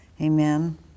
Amen